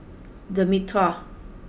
the Mitraa